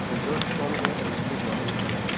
ᱚᱡᱚᱱ ᱠᱚᱢ ᱨᱮᱭᱟᱜ ᱨᱤᱠᱟᱹ ᱫᱚ ᱦᱩᱭᱩᱜ ᱠᱟᱱᱟ